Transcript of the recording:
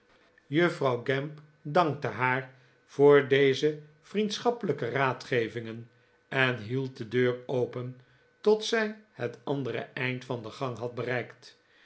juffrouw gamp dankte haar voor deze maarten chuzzlewit vriendschappelijke raadgevingen en hield de deur open tot zij het andere einde van de gang had bereikt